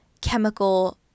chemical